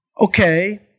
Okay